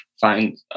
find